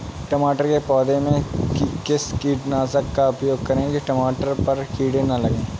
टमाटर के पौधे में किस कीटनाशक का उपयोग करें कि टमाटर पर कीड़े न लगें?